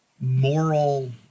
moral